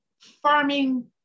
farming